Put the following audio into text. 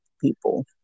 people